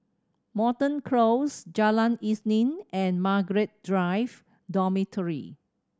Moreton Close Jalan Isnin and Margaret Drive Dormitory